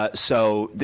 ah so,